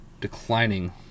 declining